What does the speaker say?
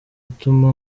ituma